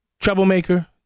troublemaker